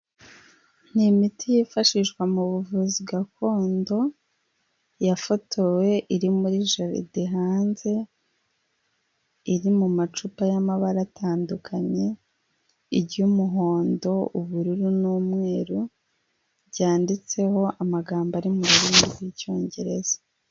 Ni imiti yifashishwa mu buvuzi gakondo yafotowe iri muri jaride hanze. Iri mu mu macupa y'amabara atandukanye; iry'umuhondo, ubururu n'umweru byanditseho amagambo ari mu rurimi rw'icyongereza.